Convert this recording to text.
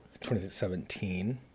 2017